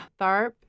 Tharp